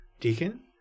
Deacon